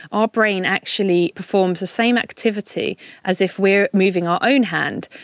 our brain actually performs the same activity as if we're moving our own hand.